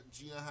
gina